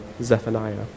Zephaniah